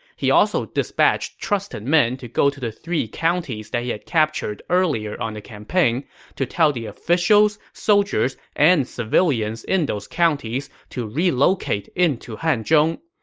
he also dispatched trusted men to go to the three counties that he had captured earlier on the campaign to tell the officials, soldiers, and civilians in those counties to relocate into hanzhong.